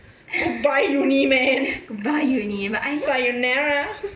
goodbye uni man sayonara